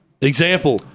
Example